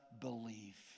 believe